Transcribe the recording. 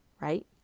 right